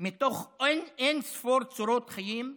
מתוך אין-ספור צורות חיים אפשריות,